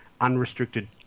unrestricted